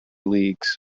leagues